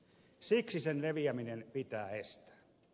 siksi sen leviäminen pitää estää